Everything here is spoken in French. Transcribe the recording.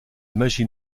magie